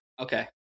okay